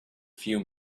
few